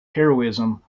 heroism